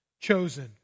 chosen